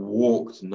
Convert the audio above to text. walked